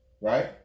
Right